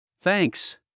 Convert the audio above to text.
Thanks